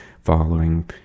following